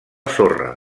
sorra